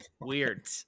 weird